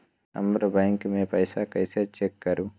हमर बैंक में पईसा कईसे चेक करु?